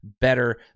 better